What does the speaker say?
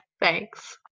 Thanks